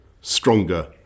stronger